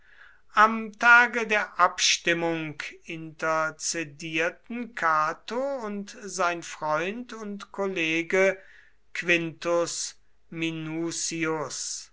am tage der abstimmung interzedierten cato und sein freund und kollege quintus minucius